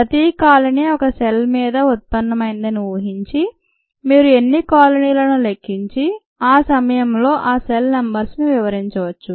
ప్రతి కాలనీ ఒకే సెల్ నుంచి ఉత్పన్నమైందని ఊహించి మీరు ఎన్ని కాలనీలను లెక్కించి ఆ సమయంలో ఆ సెల్స్ నంబర్ ను వివరించవచ్చు